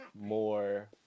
more